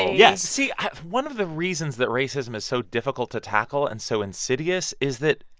yes see, one of the reasons that racism is so difficult to tackle and so insidious is that,